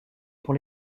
pour